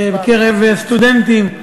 בקרב סטודנטים,